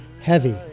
heavy